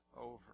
over